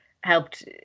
helped